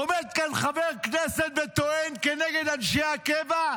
עומד כאן חבר כנסת וטוען כנגד אנשי הקבע,